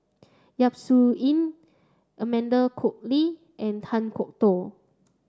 Yap Su Yin Amanda Koe Lee and Kan Kwok Toh